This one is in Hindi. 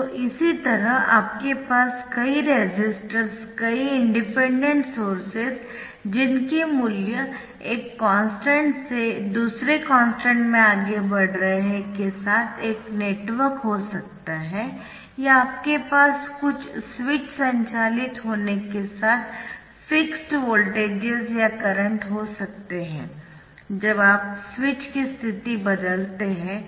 तो इसी तरह आपके पास कई रेसिस्टर्स कई इंडिपेंडेंट सोर्सेस जिनके मूल्य एक कॉन्स्टन्ट से दूसरे में आगे बढ़ रहे है के साथ एक नेटवर्क हो सकता या आपके पास कुछ स्विच संचालित होने के साथ फिक्स्ड वोल्टजेस या करंट हो सकते है जब आप स्विच की स्थिति बदलते है